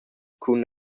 cun